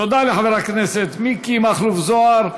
תודה לחבר הכנסת מיקי מכלוף זוהר.